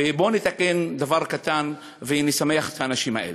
ובואו נתקן דבר קטן ונשמח את האנשים האלה.